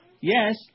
yes